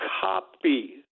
copy